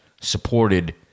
supported